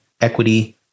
equity